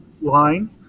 line